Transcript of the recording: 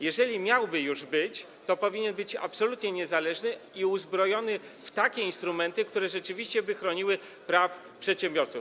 Jeżeli miałby już być, to powinien być absolutnie niezależny i uzbrojony w takie instrumenty, które rzeczywiście by chroniły prawa przedsiębiorców.